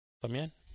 también